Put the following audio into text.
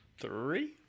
Three